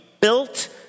built